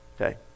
Okay